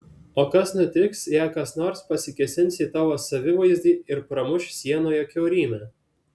o kas nutiks jei kas nors pasikėsins į tavo savivaizdį ir pramuš sienoje kiaurymę